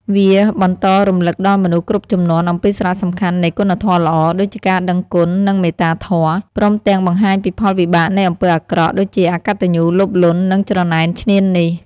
វាបន្តរំឭកដល់មនុស្សគ្រប់ជំនាន់អំពីសារៈសំខាន់នៃគុណធម៌ល្អ ដូចជាការដឹងគុណ និងមេត្តាធម៌ ព្រមទាំងបង្ហាញពីផលវិបាកនៃអំពើអាក្រក់ ដូចជាអកតញ្ញូ លោភលន់ និងច្រណែនឈ្នានីស។